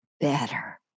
better